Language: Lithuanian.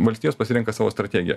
valstijos pasirenka savo strategiją